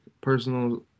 personal